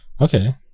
okay